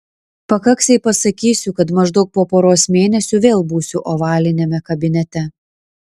pakaks jei pasakysiu kad maždaug po poros mėnesių vėl būsiu ovaliniame kabinete